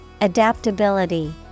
Adaptability